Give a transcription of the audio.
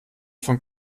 von